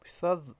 سُہ حظ